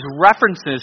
references